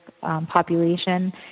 population